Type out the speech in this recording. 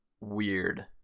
weird